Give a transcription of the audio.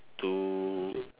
two